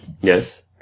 Yes